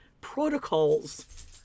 protocols